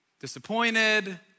disappointed